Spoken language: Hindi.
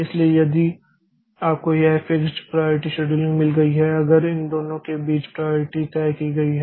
इसलिए यदि आपको यह फिक्स्ड प्राइयारिटी शेड्यूलिंग मिल गई है अगर इन दोनों के बीच प्राइयारिटी तय की गई हैं